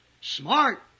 Smart